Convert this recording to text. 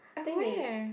at where